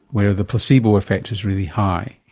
where the placebo effect is really high.